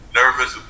nervous